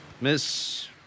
Miss